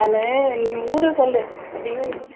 நான் நீ ஊர சொல் ஐய்யயோ